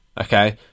okay